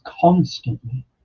constantly